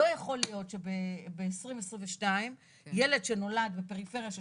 לא יכול להיות שב-2022 ילד שנולד בפריפריה של